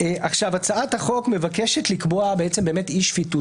הצעת החוק מבקשת לקבוע אי שפיטות.